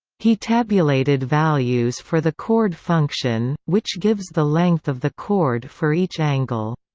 he tabulated values for the chord function, which gives the length of the chord for each angle.